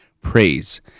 praise